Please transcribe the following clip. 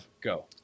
Go